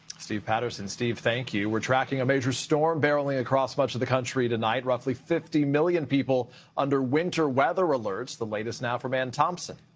steve patterson. steve, thank you. we are tracking a major storm barreling across much of the country, tonight. roughly fifty million people under winter-weather alerts. the latest now from anne thompson.